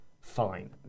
fine